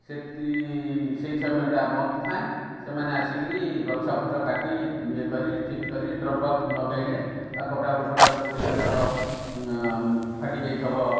ସେଇ ସମୟଟା ବନ୍ଦ ଥାଏ ସେମାନେ ଆସିକିରି ଗଛ ଫଛ କାଟି ଇଏ କରି ଠିକ୍ କରି ଡ୍ରପ୍ ଆଉଟ୍ ଲଗେଇଲେ କଟାଉଟୁଫଟାଉଟୁ କେଉଁଠି ତାଙ୍କର ଫାଟି ଯାଇଥିବ